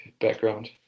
background